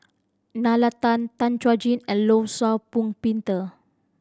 Nalla Tan Tan Chuan Jin and Law Shau Pong Peter